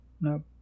Nope